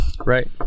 Right